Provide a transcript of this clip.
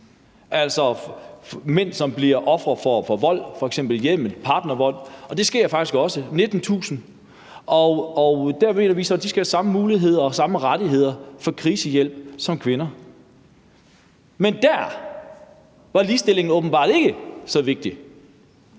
for mænd, som bliver ofre for vold, f.eks. i hjemmet, partnervold. Det sker faktisk for 19.000. Og der mener vi så, at de skal have samme muligheder og samme rettigheder til krisehjælp som kvinder. Men der var ligestilling åbenbart ikke så vigtig,